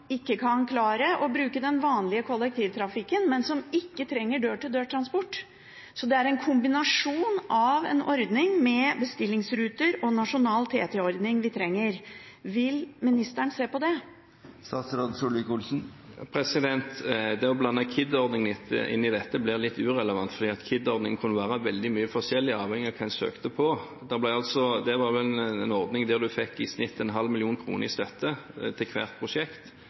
ikke kan klare å bruke den vanlige kollektivtrafikken, men som ikke trenger dør-til-dør-transport. Så det er en kombinasjon av en ordning med bestillingsruter og nasjonal TT-ordning vi trenger. Vil ministeren se på det? Det å blande KID-ordningen inn i dette blir litt irrelevant, for KID-ordningen kunne være veldig mye forskjellig, avhengig av hva man søkte på. Det var en ordning der en fikk i snitt en halv million kroner i støtte til hvert prosjekt,